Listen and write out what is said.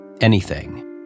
Anything